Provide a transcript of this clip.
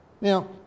Now